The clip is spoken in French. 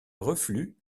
reflux